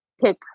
pick